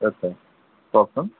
আচ্ছা কওকচোন